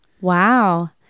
Wow